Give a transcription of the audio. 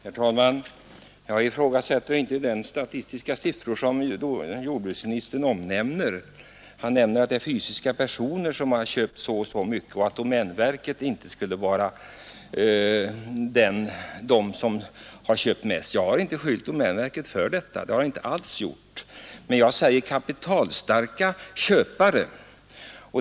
Herr talman! Jag ifrågasätter inte de statistiska siffror som jordbruksministern omnämner. Han säger att det är fysiska personer som har köpt så här mycket och att domänverket inte har köpt mest. Jag har inte alls beskyllt domänverket för det, men jag talade om kapitalstarka köpare.